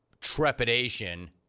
trepidation